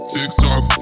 TikTok